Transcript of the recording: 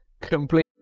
complete